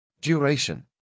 Duration